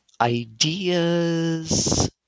ideas